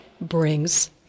brings